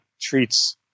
treats